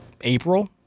April